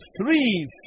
three